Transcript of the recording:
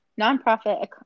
nonprofit